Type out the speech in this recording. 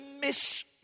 miss